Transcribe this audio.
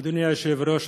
אדוני היושב-ראש,